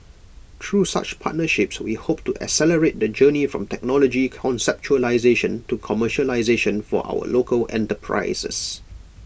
through such partnerships we hope to accelerate the journey from technology conceptualisation to commercialisation for our local enterprises